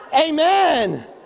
Amen